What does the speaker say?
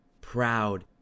proud